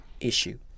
issue